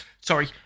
Sorry